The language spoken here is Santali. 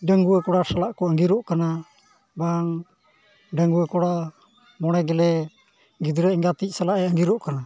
ᱰᱟᱺᱜᱩᱣᱟᱹ ᱠᱚᱲᱟ ᱠᱚ ᱥᱟᱞᱟᱜ ᱠᱚ ᱟᱺᱜᱤᱨᱚᱜ ᱠᱟᱱᱟ ᱵᱟᱝ ᱰᱟᱺᱜᱣᱟᱹ ᱠᱚᱲᱟ ᱢᱚᱬᱮ ᱜᱮᱞᱮ ᱜᱤᱫᱽᱨᱟᱹ ᱮᱸᱜᱟᱛᱤᱡ ᱥᱟᱞᱟᱜᱼᱮ ᱟᱺᱜᱤᱨᱚᱜ ᱠᱟᱱᱟ